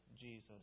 Jesus